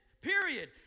period